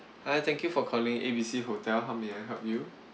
hi thank you for calling A B C hotel how may I help you